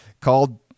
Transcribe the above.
called